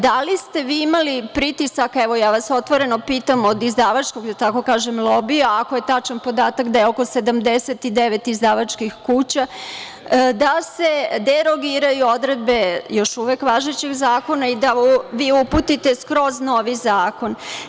Da li ste vi imali pritisak, ja vas otvoreno pitam, od izdavačkog, da tako kažem, lobija, ako je tačan podatak, oko 79 izdavačkih kuća, da se derogiraju odredbe još uvek važećeg zakona i da vi uputite skroz novi zakon?